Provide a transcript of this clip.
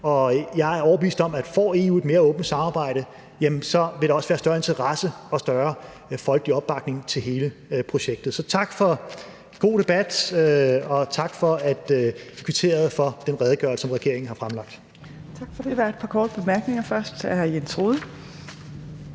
jeg er overbevist om, at får EU et mere åbent samarbejde, vil der også være større interesse og større folkelig opbakning til hele projektet. Så tak for en god debat, og tak for at kvittere for den redegørelse, som regeringen har fremlagt. Kl. 18:43 Fjerde næstformand (Trine Torp): Der er et par korte bemærkninger. Først er det